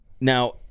Now